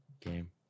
game